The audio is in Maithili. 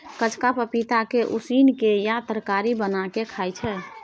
कचका पपीता के उसिन केँ या तरकारी बना केँ खाइ छै